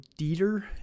Dieter